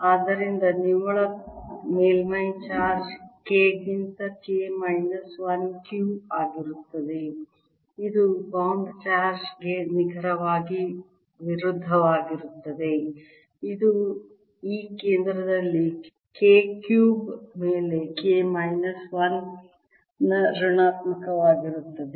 ಆದ್ದರಿಂದ ನಿವ್ವಳ ಮೇಲ್ಮೈ ಚಾರ್ಜ್ Kಗಿಂತ K ಮೈನಸ್ 1 Q ಆಗಿರುತ್ತದೆ ಇದು ಬೌಂಡ್ ಚಾರ್ಜ್ ಗೆ ನಿಖರವಾಗಿ ವಿರುದ್ಧವಾಗಿರುತ್ತದೆ ಇದು ಈ ಕೇಂದ್ರದಲ್ಲಿ K ಕ್ಯೂಬ್ ಮೇಲೆ K ಮೈನಸ್ 1 ನ ಋಣಾತ್ಮಕವಾಗಿರುತ್ತದೆ